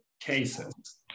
cases